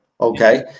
Okay